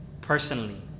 personally